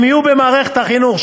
הם יהיו במערכת החינוך.